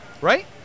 Right